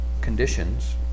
conditions